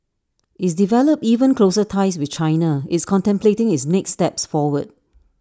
it's developed even closer ties with China it's contemplating its next steps forward